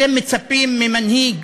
אתם מצפים ממנהיג,